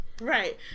right